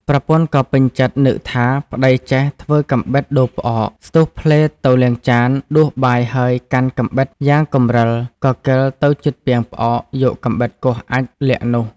ប្រពន្ធក៏ពេញចិត្ដនឹកថា “ប្ដីចេះ ធ្វើកាំបិតដូរផ្អក” ស្ទុះភ្លែតទៅលាងចានដួសបាយហើយកាន់កាំបិតយ៉ាងកំរិលក៏កិលទៅជិតពាងផ្អកយកកាំបិតគាស់អាចម៏ល័ក្ខនោះ។